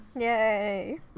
Yay